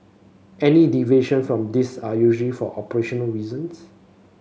any deviation from these are usually for operational reasons